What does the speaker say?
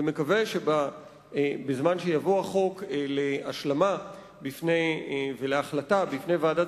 ומקווה שבזמן שיבוא החוק להשלמה והחלטה בפני ועדת